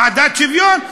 צעדת שוויון?